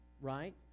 right